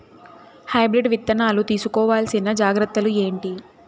Hybrid విత్తనాలు తీసుకోవాల్సిన జాగ్రత్తలు ఏంటి?